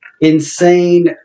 Insane